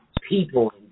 people